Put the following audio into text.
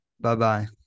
Bye-bye